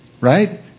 right